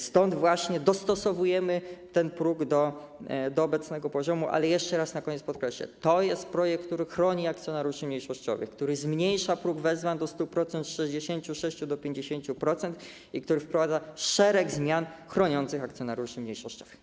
Stąd właśnie dostosowujemy ten próg do obecnego poziomu, ale jeszcze raz na koniec podkreślę, że to jest projekt, który chroni akcjonariuszy mniejszościowych, który zmniejsza próg wezwań do 100% z 66 do 50% i który wprowadza szereg zmian chroniących akcjonariuszy mniejszościowych.